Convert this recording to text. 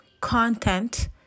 content